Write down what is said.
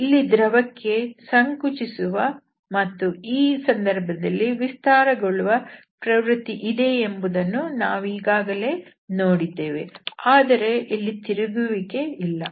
ಇಲ್ಲಿ ದ್ರವಕ್ಕೆ ಸಂಕುಚಿಸುವ ಮತ್ತು ಈ ಸಂದರ್ಭದಲ್ಲಿ ವಿಸ್ತಾರಗೊಳ್ಳುವ ಪ್ರವೃತ್ತಿ ಇದೆ ಎಂಬುದನ್ನು ನಾವು ಈಗಾಗಲೇ ನೋಡಿದ್ದೇವೆ ಆದರೆ ಇಲ್ಲಿ ತಿರುಗುವಿಕೆ ಇಲ್ಲ